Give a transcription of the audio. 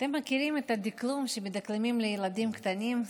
אתם מכירים את הדקלום שמדקלמים לילדים קטנים,